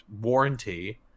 warranty